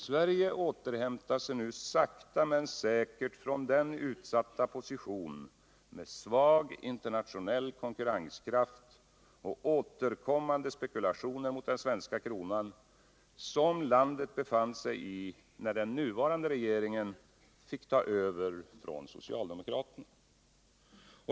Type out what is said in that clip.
Sverige återhämtar sig nu sakta men säkert från den utsatta position med svag internationell konkurrenskraft och återkommande spekulationer mot den svenska kronan, som landet befann sig i när den nuvarande regeringen fick ta över från socialdemokraterna.